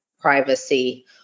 privacy